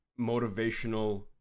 motivational